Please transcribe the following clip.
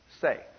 say